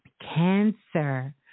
Cancer